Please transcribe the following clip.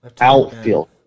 outfield